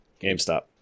GameStop